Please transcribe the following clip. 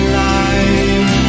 life